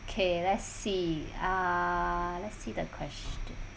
okay let's see uh let's see the question